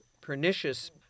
pernicious